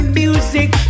music